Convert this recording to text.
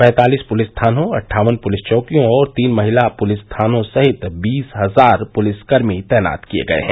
पैंतालिस पुलिस थानों अट्ठावन पुलिस चौकियों और तीन महिला पुलिस थानों सहित बीस हजार सुरक्षा कर्मी तैनात किए गए हैं